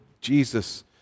jesus